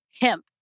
Hemp